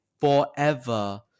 forever